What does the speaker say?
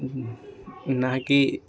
न कि